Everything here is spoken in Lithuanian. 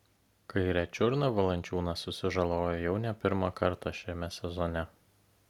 kairę čiurną valančiūnas susižalojo jau ne pirmą kartą šiame sezone